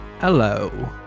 Hello